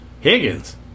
Higgins